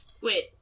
Wait